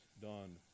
done